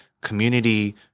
community